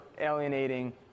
alienating